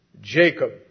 Jacob